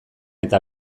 eta